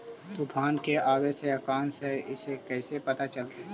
तुफान के आबे के आशंका है इस कैसे पता चलतै?